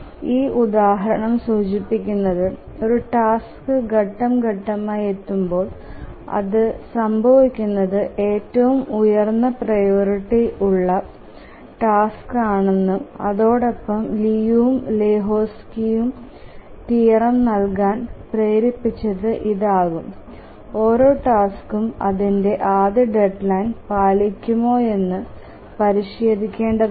ഈ ഉദാഹരണം സൂചിപ്പിക്കുന്നത് ഒരു ടാസ്ക് ഘട്ടം ഘട്ടമായി എത്തുമ്പോൾ അത് സംഭവിക്കുന്നത് ഏറ്റവും ഉയർന്ന പ്രിയോറിറ്റി ഉള്ള ടാസ്ക്ണെന്നും അതോടൊപ്പം ലിയുവും ലെഹോസ്കൈറ്റോയും തിയറം നൽകാൻ പ്രേരിപ്പിച്ചത് ഇതാകാം ഓരോ ടാസ്കും അതിന്റെ ആദ്യ ഡെഡ്ലൈൻ പാലിക്കുമോയെന്ന് പരിശോധിക്കേണ്ടതുണ്ട്